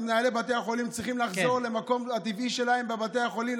מנהלי בתי החולים צריכים לחזור למקום הטבעי שלהם בבתי החולים,